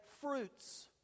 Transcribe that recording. fruits